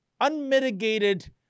unmitigated